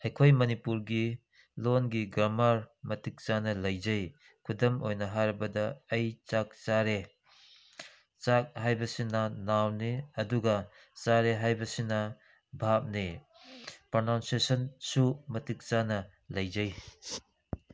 ꯑꯩꯈꯣꯏ ꯃꯅꯤꯄꯨꯔꯒꯤ ꯂꯣꯟꯒꯤ ꯒ꯭ꯔꯥꯃꯥꯔ ꯃꯇꯤꯛ ꯆꯥꯅ ꯂꯩꯖꯩ ꯈꯨꯗꯝ ꯑꯣꯏꯅ ꯍꯥꯏꯔꯕꯗ ꯑꯩ ꯆꯥꯛ ꯆꯥꯔꯦ ꯆꯥꯛ ꯍꯥꯏꯕꯅꯁꯤꯅ ꯅꯥꯎꯟꯅꯤ ꯑꯗꯨꯒ ꯆꯥꯔꯦ ꯍꯥꯏꯕꯁꯤꯅ ꯚꯥꯔꯕꯅꯤ ꯄ꯭ꯔꯅꯥꯎꯟꯁꯦꯁꯟꯁꯨ ꯃꯇꯤꯛ ꯆꯥꯅ ꯂꯩꯖꯩ